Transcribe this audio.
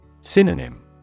Synonym